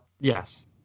Yes